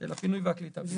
של הפינוי והקליטה.